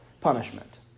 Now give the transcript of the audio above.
punishment